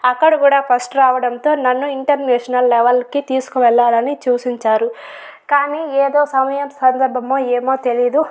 అక్కడ కూడా ఫస్ట్ రావడంతో నన్ను ఇంటర్నేషనల్ లెవల్ కి తీసుకు వెళ్లాలని సూచించారు కానీ ఏదో సమయం సందర్భము ఏమో తెలియదు